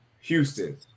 Houston